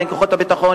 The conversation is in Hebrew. בין כוחות הביטחון,